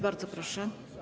Bardzo proszę.